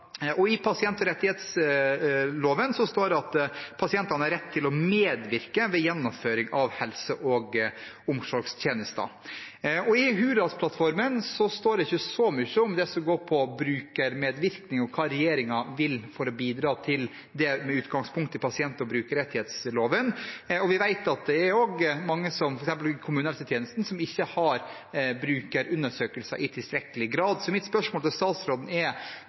I pasient- og brukerrettighetsloven står det at «Pasient eller bruker har rett til å medvirke ved gjennomføring av helse- og omsorgstjenester.» I Hurdalsplattformen står det ikke så mye om brukermedvirkning og hva regjeringen vil gjøre for å bidra til det, med utgangspunkt i pasient- og brukerrettighetsloven. Vi vet også at det er mange, f.eks. i kommunehelsetjenesten, som ikke gjennomfører brukerundersøkelser i tilstrekkelig grad. Mitt spørsmål til statsråden er: